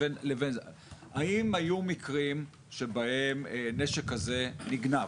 האם היו מקרים שבהם נשק כזה נגנב?